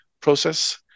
process